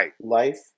life